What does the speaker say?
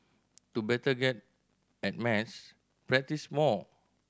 to better get at math practise more